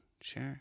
sure